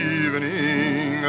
evening